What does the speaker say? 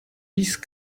peace